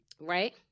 right